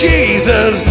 Jesus